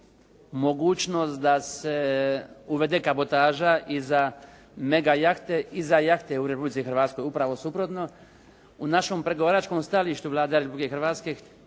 mogućnost da se uvede kabotaža i za mega jahte i za jahte u Republici Hrvatskoj. Upravo suprotno, u našem pregovaračkom stajalištu Vlada Republike Hrvatske